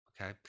Okay